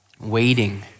Waiting